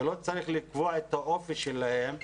ולא צריך לקבוע את האופי שלהן.